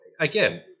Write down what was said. again